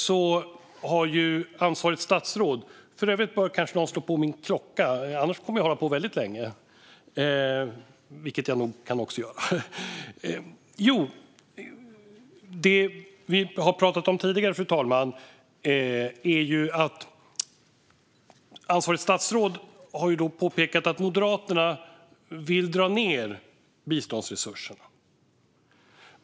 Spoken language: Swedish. För att påminna om vad som har sagts tidigare i debatten: Ansvarigt statsråd har påpekat att Moderaterna vill dra ned på biståndsresurser.